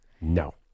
No